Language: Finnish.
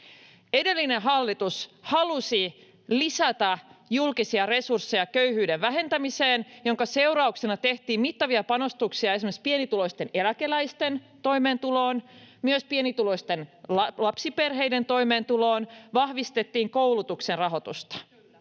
Edellinen hallitus halusi lisätä julkisia resursseja köyhyyden vähentämiseen, minkä seurauksena tehtiin mittavia panostuksia esimerkiksi pienituloisten eläkeläisten toimeentuloon ja myös pienituloisten lapsiperheiden toimeentuloon, vahvistettiin koulutuksen rahoitusta.